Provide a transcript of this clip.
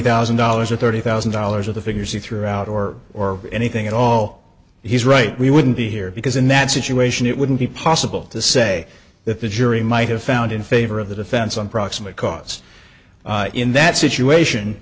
thousand dollars or thirty thousand dollars of the figures he threw out or or anything at all he's right we wouldn't be here because in that situation it wouldn't be possible to say that the jury might have found in favor of the defense on proximate cause in that situation